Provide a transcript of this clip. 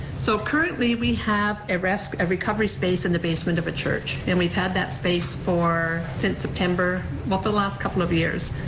so, currently we have a rest and recovery space in the basement of a church and we've had that space for, since september, well, for the last couple of years,